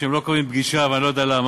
הם לא קובעים פגישה ואני לא יודע למה.